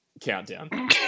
Countdown